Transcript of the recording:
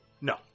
No